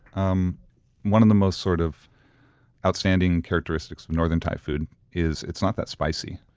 um one of the most sort of outstanding characteristics of northern thai food is it's not that spicy.